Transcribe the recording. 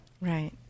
right